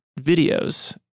videos